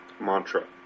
mantra